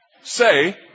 say